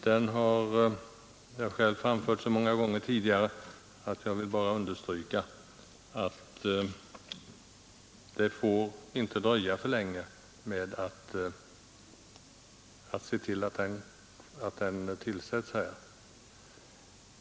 Jag har själv framfört den så många gånger tidigare, att jag bara vill understryka att det inte får dröja för länge med ett tillsättande.